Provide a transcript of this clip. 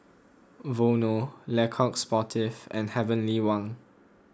Vono Le Coq Sportif and Heavenly Wang